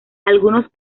algunos